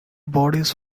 bodies